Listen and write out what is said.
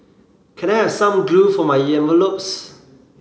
can I have some glue for my envelopes